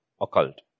occult